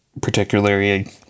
particularly